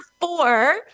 four